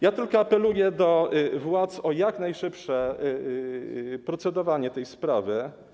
Ja tylko apeluję do władz o jak najszybsze procedowanie tej sprawy.